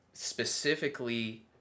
specifically